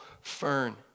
Fern